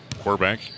Quarterback